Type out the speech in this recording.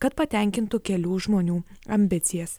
kad patenkintų kelių žmonių ambicijas